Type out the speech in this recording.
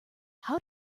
how